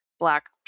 Black